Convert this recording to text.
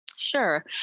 Sure